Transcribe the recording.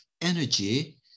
energy